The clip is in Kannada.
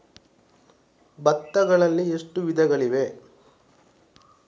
ಭತ್ತಗಳಲ್ಲಿ ಎಷ್ಟು ವಿಧಗಳಿವೆ?